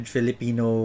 Filipino